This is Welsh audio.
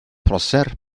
prosser